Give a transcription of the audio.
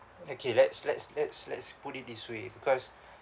okay let's let's let's let's put it this way because